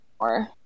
more